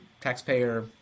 taxpayer